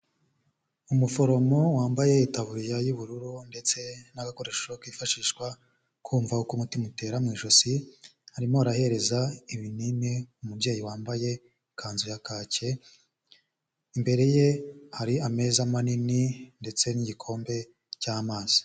Umuforomo wambaye itabuririya y'ubururu ndetse n'agakoresho kifashishwa kumva uko umutima utera mu ijosi, arimo arahereza ibinini umubyeyi wambaye ikanzu ya cake, imbere ye hari ameza manini ndetse n'igikombe cy'amazi.